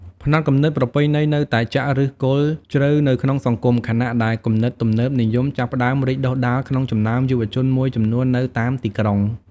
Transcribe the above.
ផ្នត់គំនិតប្រពៃណីនៅតែចាក់ឫសគល់ជ្រៅនៅក្នុងសង្គម ខណៈដែលគំនិតទំនើបនិយមចាប់ផ្តើមរីកដុះដាលក្នុងចំណោមយុវជនមួយចំនួននៅតាមទីក្រុង។